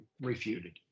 refuted